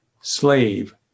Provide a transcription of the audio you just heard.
slave